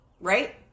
Right